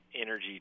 energy